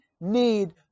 need